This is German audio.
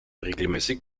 regelmäßig